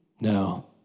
No